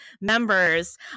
members